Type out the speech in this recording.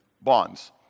bonds